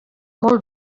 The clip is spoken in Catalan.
molt